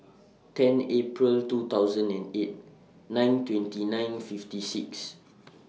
ten April two thousand and eight nine twenty nine fifty six